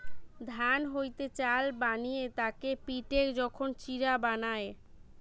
ধান হইতে চাল বানিয়ে তাকে পিটে যখন চিড়া বানায়